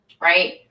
right